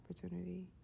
opportunity